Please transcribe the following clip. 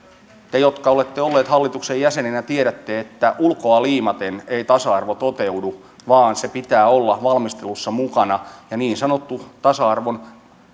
te jotka olette olleet hallituksen jäseninä tiedätte että ulkoa liimaten ei tasa arvo toteudu vaan se pitää olla valmistelussa mukana ja niin sanottu tasa arvon